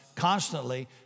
Constantly